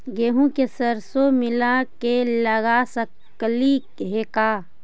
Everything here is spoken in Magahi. गेहूं मे सरसों मिला के लगा सकली हे का?